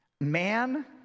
man